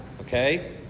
okay